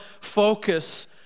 focus